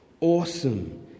awesome